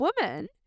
woman